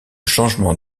changement